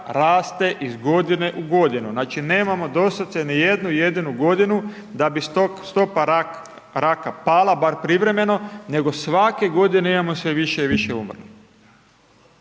raste iz godine u godinu. Znači nemamo doslovce ni jednu jedinu godinu da bi stopa raka pala barem privremeno, nego svake godine imamo sve više i više umrlih.